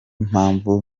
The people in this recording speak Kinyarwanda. mpamvu